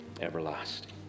everlasting